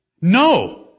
No